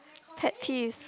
pet teeth